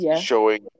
Showing